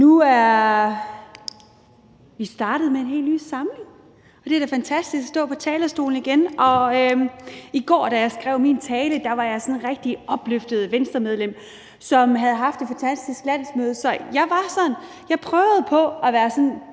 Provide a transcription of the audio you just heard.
Nu er vi startet med en helt ny samling, og det er da fantastisk at stå på talerstolen igen. I går, da jeg skrev min tale, var jeg et sådan rigtig opløftet Venstremedlem, som havde haft et fantastisk landsmøde, så jeg prøvede på at være sådan